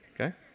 Okay